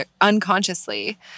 unconsciously